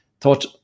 thought